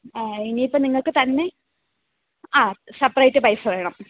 ഇനി ഇപ്പം നിങ്ങൾക്ക് തന്നെ ആ സെപ്പറേറ്റ് പൈസ വേണം